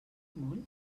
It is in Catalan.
molt